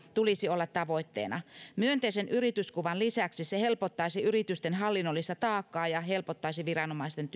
tulisi olla tavoitteena myönteisen yrityskuvan lisäksi se helpottaisi yritysten hallinnollista taakkaa ja helpottaisi viranomaisten